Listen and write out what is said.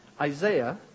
Isaiah